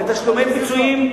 ולמילוי המלאים,